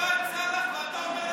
ראאד סלאח, ואתה אומר לנו: